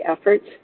efforts